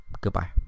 goodbye